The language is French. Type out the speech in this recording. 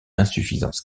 insuffisance